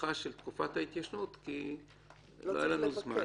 הארכה של תקופת ההתיישנות כי לא היה לנו זמן.